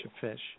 fish